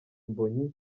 mbonyi